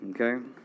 Okay